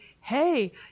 hey